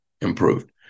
improved